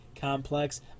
Complex